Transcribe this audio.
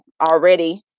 already